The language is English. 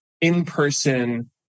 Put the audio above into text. in-person